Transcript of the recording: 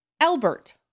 Albert